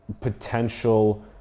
potential